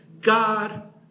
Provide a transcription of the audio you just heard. God